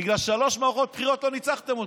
בגלל ששלוש מערכות בחירות לא ניצחתם אותו,